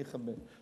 אני אכבד.